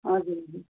हजुर